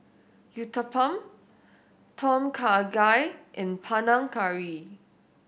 Uthapam Tom Kha Gai and Panang Curry